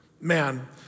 Man